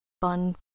fun